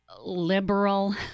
liberal